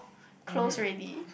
close already